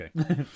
okay